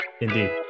Indeed